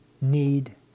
need